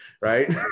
right